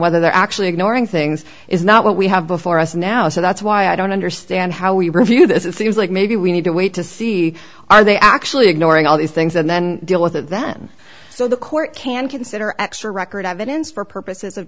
whether they're actually ignoring things is not what we have before us now so that's why i don't understand how we reviewed this it seems like maybe we need to wait to see are they actually ignoring all these things and then deal with it then so the court can consider extra record evidence for purposes of